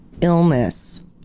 illness